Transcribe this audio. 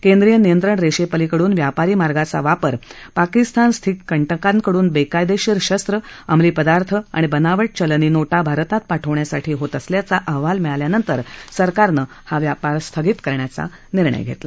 केंद्रिय नियंत्रण रेषेपलीकडून व्यापारी मार्गाचा वापर पाकिस्तानस्थित कंटकांकडून बेकायदेशीर शस्त्रं अंमली पदार्थ आणि बनावट चलनी नोटा भारतात पाठवण्यासाठी होत असल्याचे अहवाल मिळाल्यानंतर सरकारनं हा व्यापार स्थगित ठेवायचा निर्णय घेतला